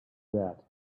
that